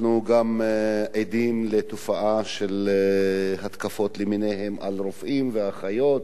אנחנו גם עדים לתופעה של התקפות למיניהן על רופאים ואחיות,